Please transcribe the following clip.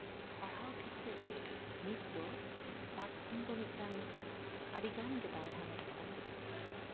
ᱯᱟᱲᱦᱟᱣ ᱠᱷᱮᱛᱨᱮ ᱨᱮ ᱱᱤᱛ ᱫᱚ ᱥᱢᱟᱨᱴ ᱯᱷᱳᱱ ᱫᱚ ᱢᱤᱫᱴᱟᱱ ᱟᱹᱰᱤᱜᱟᱱᱜᱮ ᱫᱟᱶ ᱮ ᱦᱟᱢᱮᱴ ᱠᱟᱫᱟ